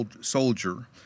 soldier